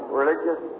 religious